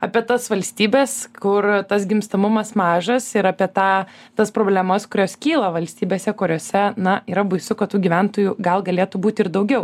apie tas valstybes kur tas gimstamumas mažas ir apie tą tas problemas kurios kyla valstybėse kuriose na yra baisu kad tų gyventojų gal galėtų būt ir daugiau